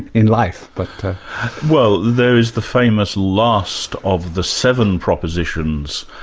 in life. but well there is the famous last of the seven propositions,